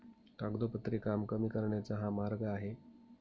कागदोपत्री काम कमी करण्याचा हा मार्ग आहे